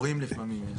רמזורים לפעמים.